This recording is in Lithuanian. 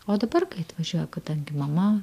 o dabar kai atvažiuoja kadangi mama